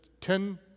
Ten